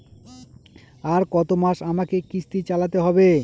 আর কতমাস আমাকে কিস্তি চালাতে হবে?